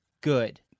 good